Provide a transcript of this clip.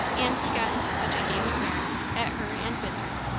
and he got into such a game of merriment, at her and with her,